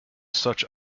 such